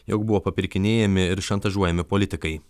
jog buvo papirkinėjami ir šantažuojami politikai